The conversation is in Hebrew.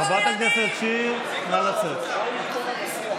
חברת הכנסת מיכל שיר, אנחנו באמצע הצבעה.